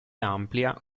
amplia